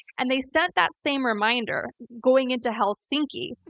and they sent that same reminder going into helsinki-sarah